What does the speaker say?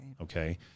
okay